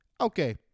okay